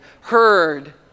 heard